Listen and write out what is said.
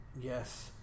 Yes